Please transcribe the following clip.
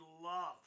love